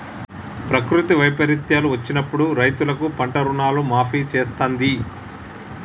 ప్రకృతి వైపరీత్యాలు వచ్చినప్పుడు రైతులకు పంట రుణాలను మాఫీ చేస్తాంది